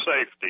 safety